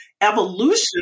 Evolution